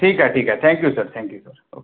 ठीक आहे ठीक आहे thank you sir thank you sir okay